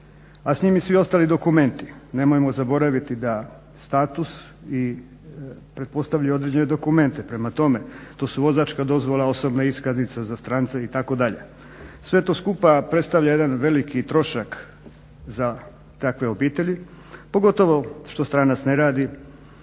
a s njim i svi ostali dokumenti. Nemojmo zaboraviti da status pretpostavlja i određene dokumente. Prema tome to su vozačka dozvola, osobna iskaznica za strance itd. Sve to skupa predstavlja jedan veliki trošak za takve obitelji, pogotovo što stranac ne radi.